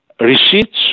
receipts